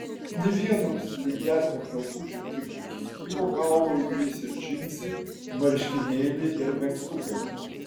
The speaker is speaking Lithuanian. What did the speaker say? nė vieno stilingesnio drabužio tik iki gyvo kaulo įgrisę džinsai marškinėliai ir megztukai